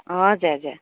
हजुर हजुर